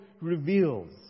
reveals